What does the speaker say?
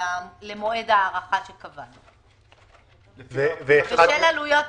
למועד ההארכה שקבענו, בשל עלויות תקציביות.